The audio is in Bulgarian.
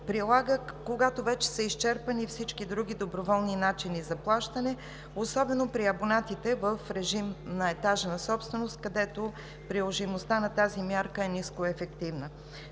прилага, когато вече са изчерпани всички други доброволни начини за плащане, особено при абонатите в режим на етажна собственост, където приложимостта на тази мярка е нискоефективна.